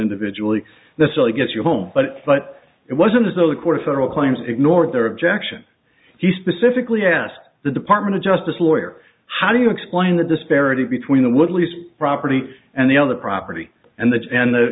individually this really gets you home but but it wasn't as though the court a federal claims ignored their objection he specifically asked the department of justice lawyer how do you explain the disparity between the wood lease property and the other property and that and the